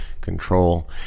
control